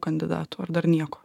kandidatų ar dar nieko